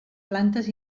plantes